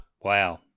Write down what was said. Wow